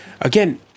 Again